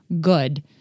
good